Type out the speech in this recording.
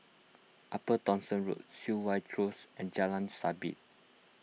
Upper Thomson Road Siok Wan Close and Jalan Sabit